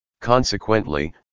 Consequently